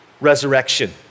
resurrection